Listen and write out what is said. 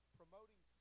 promoting